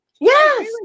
Yes